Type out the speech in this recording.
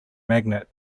magnet